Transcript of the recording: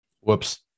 Whoops